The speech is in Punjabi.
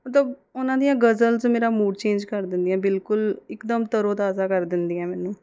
ਮਤਲਬ ਉਹਨਾਂ ਦੀਆਂ ਗਜ਼ਲਜ਼ ਮੇਰਾ ਮੂਡ ਚੇਂਜ ਕਰ ਦਿੰਦੀਆਂ ਬਿਲਕੁਲ ਇਕਦਮ ਤਰੋ ਤਾਜ਼ਾ ਕਰ ਦਿੰਦੀਆਂ ਮੈਨੂੰ